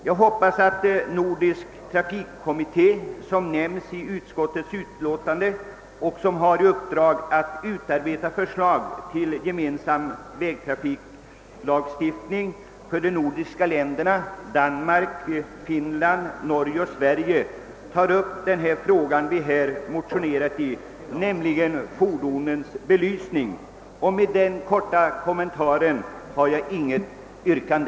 Jag hoppas att Nordisk vägtrafikkommitté, som nämns i utskottets utlåtande och som har i uppdrag att utarbeta förslag till gemensam vägtrafiklagstiftning för Danmark, Finland, Norge och Sverige tar upp den fråga vi här har motionerat i, nämligen fordonens belysningsanordningar. Jag har velat lämna denna korta kommentar men har inget yrkande.